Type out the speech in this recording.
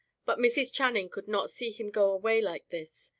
but mrs. channing could not see him go away like this.